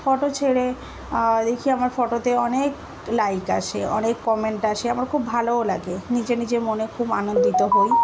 photo ছেড়ে দেখি আমার ফটোতে অনেক লাইক আসে অনেক কমেন্ট আসে আমার খুব ভালোও লাগে নিজে নিজের মনে খুব আনন্দিত হই